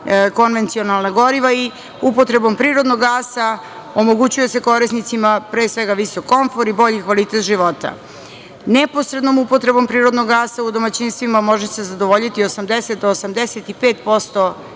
konvencionalna goriva i upotrebom prirodnog gasa omogućuje se korisnicima pre svega visok komfor i bolji kvalitet života. Neposrednom upotrebom prirodnog gasa u domaćinstvima može se zadovoljiti 80-85%